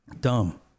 Dumb